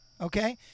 Okay